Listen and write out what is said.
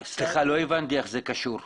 לא הבנתי איך זה קשור,